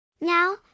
Now